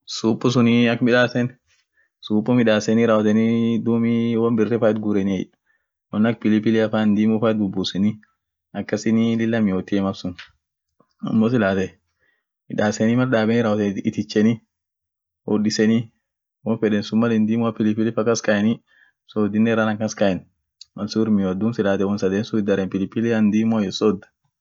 Kakaten mugu gol keena kan ak tumieten, kakatee dursa daanfeni raawoteni, ishuma muziima sun daanfeni mugu lam